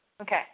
Okay